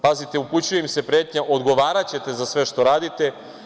Pazite, upućuju im se pretnje – odgovaraćete za sve što radite.